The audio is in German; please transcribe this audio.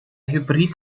hybrid